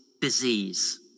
disease